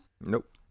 Nope